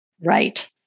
Right